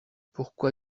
pourquoi